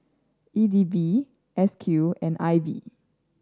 E D B S Q and I B